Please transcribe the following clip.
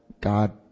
God